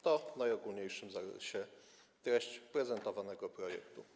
To w najogólniejszym zarysie treść prezentowanego projektu.